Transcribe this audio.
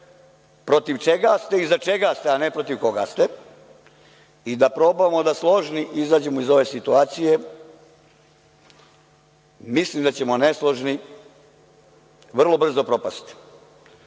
protiv čega ste i za čega ste, a ne protiv koga ste i da probamo da složni izađemo iz ove situacije. Mislim da ćemo nesložni vrlo brzo propasti.